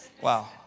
Wow